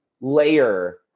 layer